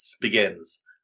begins